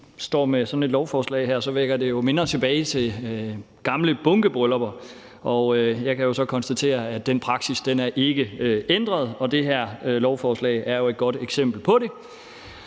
står med sådan et lovforslag her, vækker det jo minder tilbage fra gamle bunkebryllupper, og jeg kan jo så konstatere, at den praksis ikke er ændret, og det her lovforslag er et godt eksempel på det.